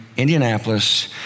Indianapolis